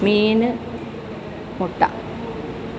മീൻ മുട്ട